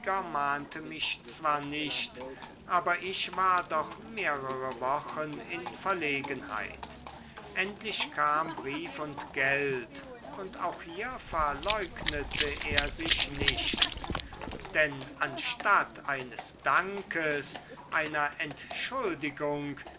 mich zwar nicht aber ich war doch mehrere wochen in verlegenheit endlich kam brief und geld und auch hier verleugnete er sich nicht denn anstatt eines dankes einer entschuldigung